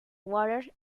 water